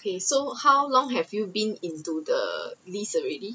okay so how long have you been into the list already